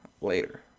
later